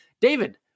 david